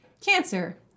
Cancer